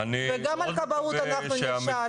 וגם על כבאות אנחנו נשאל.